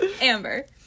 Amber